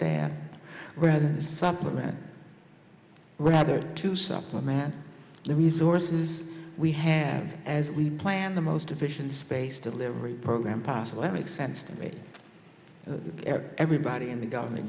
dan rather than the supplement rather to supplement the resources we have as we plan the most efficient space delivery program possible that makes sense to me everybody in the government